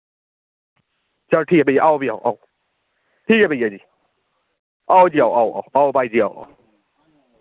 चलो ठीक ऐ भैया आओ फ्ही आओ आओ ठीक ऐ भैया जी आओ जी आओ आओ आओ भाई जी आओ आओ